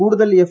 കൂടുതൽ എഫ്